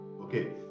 okay